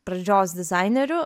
pradžios dizainerių